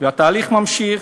והתהליך נמשך,